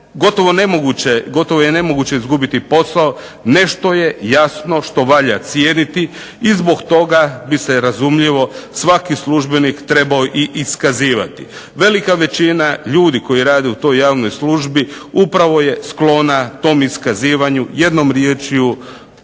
gotovo nemoguće izgubiti posao, nešto je jasno što valja cijeniti i zbog toga bi se razumljivo svaki službenik trebao iskazivati. Velika većina ljudi koji rade u toj javnoj službi upravo je sklona tom iskazivanju jednom riječju